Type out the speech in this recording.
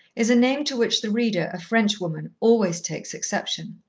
is a name to which the reader, a french woman, always takes exception.